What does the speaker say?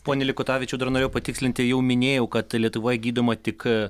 pone likutavičiau dar norėjau patikslinti jau minėjau kad lietuvoje gydoma tik